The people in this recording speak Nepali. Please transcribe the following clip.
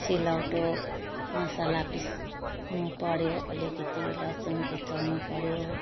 सिलौटो मसला पिस्नुपऱ्यो अलिकति लसुन कुच्याउनु पऱ्यो